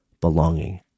belonging